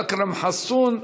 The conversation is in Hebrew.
אכרם חסון.